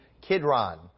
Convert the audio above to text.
Kidron